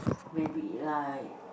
maybe like